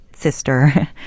sister